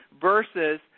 versus